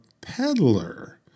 peddler